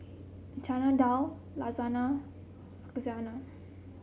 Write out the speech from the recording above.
Chana Dal Lasagne Lasagna